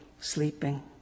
sleeping